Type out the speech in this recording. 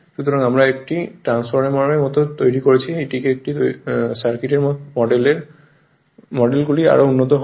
সুতরাং আমরা একটি ট্রান্সফরমারের মতো তৈরি করছি আমরা এটি তৈরি করছি এখন সার্কিট মডেল গুলি পরবর্তীতে আরো উন্নত হবে